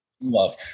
Love